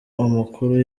amakuru